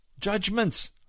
judgments